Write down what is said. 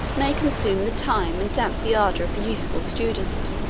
may consume the time and damp the ardor of the youthful student.